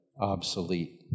obsolete